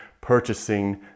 purchasing